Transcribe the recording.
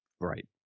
Right